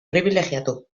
pribilegiatu